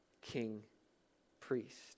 king-priest